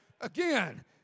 Again